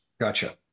Gotcha